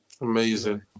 Amazing